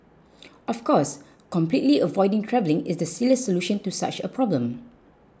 of course completely avoiding travelling is the silliest solution to such a problem